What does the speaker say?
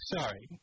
Sorry